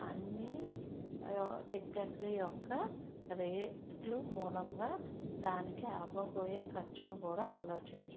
అన్నీ టికెట్లు యొక్క రేట్లు మూలంగా దానికి అవ్వబోయే ఖర్చును కూడా ఆలోచించు